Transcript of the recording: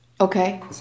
okay